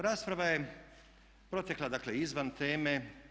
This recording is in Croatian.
Rasprava je protekla, dakle izvan teme.